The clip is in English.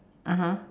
(uh huh)